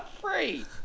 Free